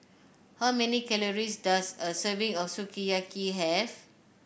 how many calories does a serving of Sukiyaki have